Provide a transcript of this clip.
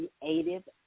creative